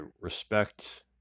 respect